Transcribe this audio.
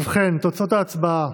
ובכן, תוצאות ההצבעה: